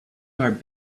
are